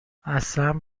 اصلن